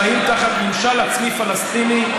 חיים תחת ממשל עצמי פלסטיני,